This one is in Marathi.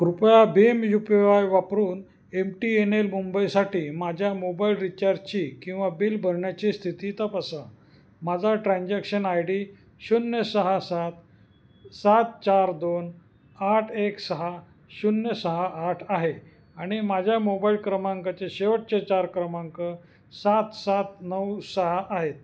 कृपया भीम यू पी वाय वापरून एम टी एन एल मुंबईसाठी माझ्या मोबाईल रिचार्जची किंवा बिल भरण्याची स्थिती तपासा माझा ट्रान्झॅक्शन आय डी शून्य सहा सात सात चार दोन आठ एक सहा शून्य सहा आठ आहे आणि माझ्या मोबाईल क्रमांकाचे शेवटचे चार क्रमांक सात सात नऊ सहा आहेत